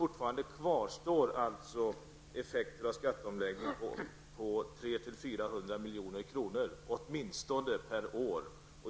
Men likafullt kvarstår fortfarande effekter av skatteomläggningen på 300 400 milj.kr., åtminstone per år.